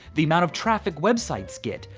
the amount of traffic websites get,